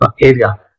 area